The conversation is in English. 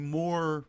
more